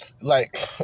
like-